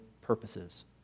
purposes